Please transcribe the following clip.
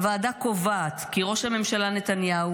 הוועדה קובעת כי ראש הממשלה נתניהו